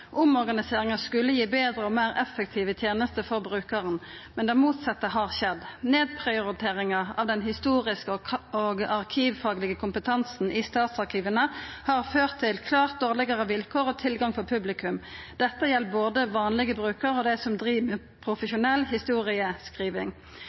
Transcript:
Omorganiseringa skulle gi betre og meir effektive tenester for brukarane, men det motsette har skjedd. Nedprioriteringa av den historiske og arkivfaglege kompetansen i statsarkiva har ført til klart dårlegare vilkår og tilgang for publikum. Dette gjeld både vanlege brukarar og dei som driv med